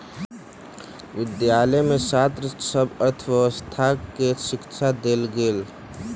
विद्यालय में छात्र सभ के अर्थव्यवस्थाक शिक्षा देल गेल